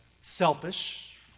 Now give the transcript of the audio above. selfish